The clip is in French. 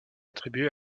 attribué